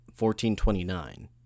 1429